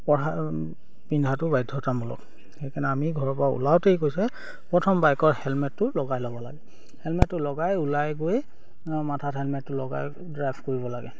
পিন্ধাটো বাধ্যতামূলক সেইকাৰণে আমি ঘৰৰ পৰা ওলাওঁতেই কৈছে প্ৰথম বাইকৰ হেলমেটটো লগাই ল'ব লাগে হেলমেটটো লগাই ওলাই গৈ মাথাত হেলমেটটো লগাই ড্ৰাইভ কৰিব লাগে